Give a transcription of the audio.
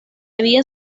había